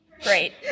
great